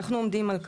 אנחנו עומדים על כך.